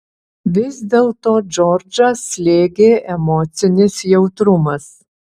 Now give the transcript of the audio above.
vis dėlto džordžą slėgė emocinis jautrumas